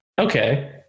Okay